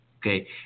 okay